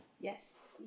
Yes